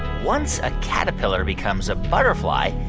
once a caterpillar becomes a butterfly,